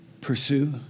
pursue